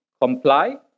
comply